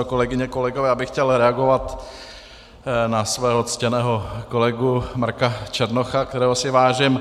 Kolegyně, kolegové, já bych chtěl reagovat na svého ctěného kolegu Marka Černocha, kterého si vážím.